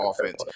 offense